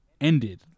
ended